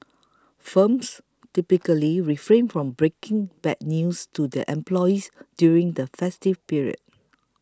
firms typically refrain from breaking bad news to their employees during the festive period